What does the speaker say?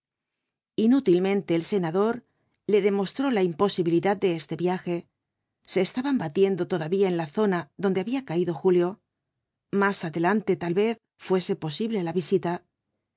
inútilmente el senador le demostró la imposibilidad de este viaje se estaban batiendo todavía en la zona donde había caído julio más adelante tal vez fuese posible la visita